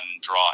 draw